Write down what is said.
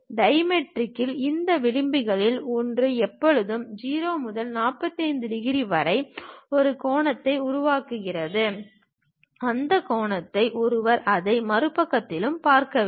டைமெட்ரிக்கில் இந்த விளிம்புகளில் ஒன்று எப்போதும் 0 முதல் 45 டிகிரி வரை ஒரு கோணத்தை உருவாக்குகிறது அதே கோணத்தில் ஒருவர் அதை மறுபக்கத்திலும் பார்க்க வேண்டும்